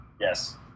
Yes